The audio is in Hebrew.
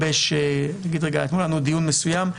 אתמול היה לנו דיון מסוים,